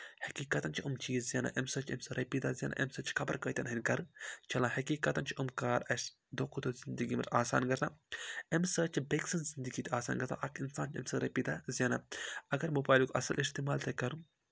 حٔقیٖقتَن چھِ أمۍ چیٖز زینان اَمہِ سۭتۍ چھِ أمۍ سۭتۍ رۄپیہِ دَہ زینان اَمہِ سۭتۍ چھِ خَبر کۭتیاہ ہِنٛدۍ کٔر چَلان ہیٚکی کَتَن چھِ أمۍ کار اَسہِ دۄہ کھۄتہٕ دۄہ زِندگی منٛز آسان گژھان اَمہِ سۭتۍ چھِ بیٚکہِ سٕنٛز زِندگی تہِ آسان گژھان اَکھ اِنسان چھُ أمۍ سٕنٛز رۄپیہِ دَہ زینان اَگَر موبایلُک اَصٕل اِستعمال تہِ کَرُن